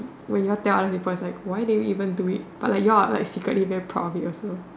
when you all tell other people is like why did we even do it but like you all like secretly very proud of it also